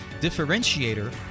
Differentiator